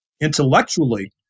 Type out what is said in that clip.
intellectually